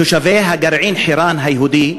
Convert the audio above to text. תושבי גרעין חירן היהודי,